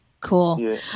cool